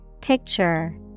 Picture